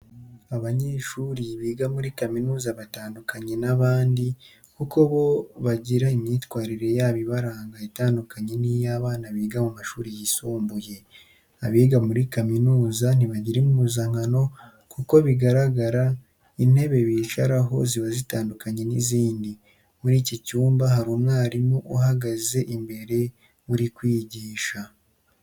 Abanyeshuri biga muri kaminuza batandukanye n'abandi kuko bo bagira imyitwarire yabo ibaranga itandukanye n'iy'abana biga mu mashuri yisumbuye. Abiga muri kaminuza ntibagira impuzankano nk'uko bigaragara, intebe bicaraho ziba zitandukanye n'izindi. Muri iki cyumba hari umwarimu ubahagaze imbere uri kwigisha.